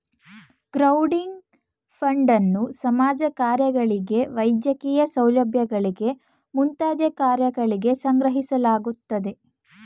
crowding ಫಂಡನ್ನು ಸಮಾಜ ಕಾರ್ಯಗಳಿಗೆ ವೈದ್ಯಕೀಯ ಸೌಲಭ್ಯಗಳಿಗೆ ಮುಂತಾದ ಕಾರ್ಯಗಳಿಗೆ ಸಂಗ್ರಹಿಸಲಾಗುತ್ತದೆ